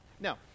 Now